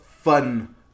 fun